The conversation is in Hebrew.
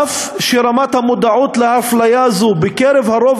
אף שרמת המודעות לאפליה זו בקרב הרוב